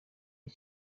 rwa